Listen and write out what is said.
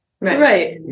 Right